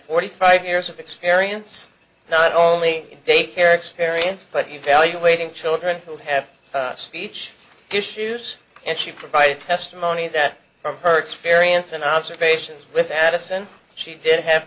forty five years of experience not only in daycare experience but evaluating children who have speech issues and she provided testimony that from her experience and observations with addison she did have